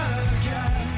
again